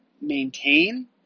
maintain